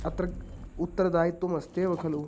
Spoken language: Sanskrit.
अत्र उत्तरदायित्वम् अस्त्येव खलु